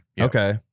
Okay